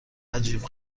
عجیب